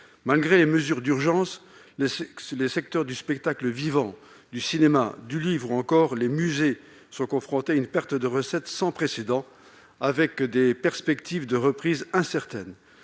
malgré les mesures d'urgence, les secteurs du spectacle vivant, du cinéma et du livre, ainsi que les musées, sont confrontés à une perte de recettes sans précédent, avec des perspectives de reprise incertaines.